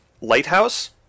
lighthouse